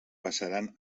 passaran